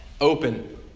open